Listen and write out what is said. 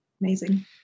Amazing